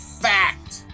fact